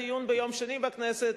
ביום שני היה דיון בכנסת.